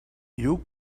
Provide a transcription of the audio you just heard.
you